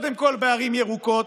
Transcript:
קודם כול בערים ירוקות.